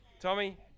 Tommy